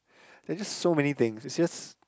they just so many things they just